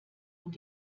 und